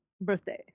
birthday